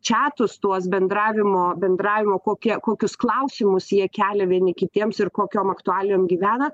čiatus tuos bendravimo bendravimo kokie kokius klausimus jie kelia vieni kitiems ir kokiom aktualijom gyvena